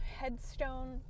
headstone